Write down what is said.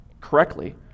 correctly